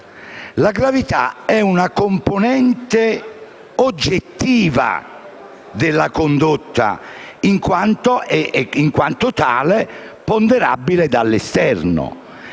La gravità è una componente oggettiva della condotta e, in quanto tale, è ponderabile dall'esterno.